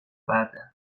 verdi